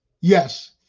Yes